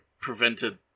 prevented